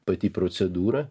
pati procedūra